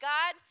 God